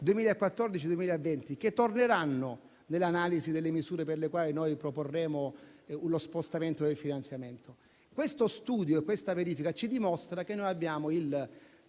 2014-2020, che torneranno nell'analisi delle misure per le quali proporremo lo spostamento del finanziamento. Questo studio e questa verifica ci dimostrano che, a due mesi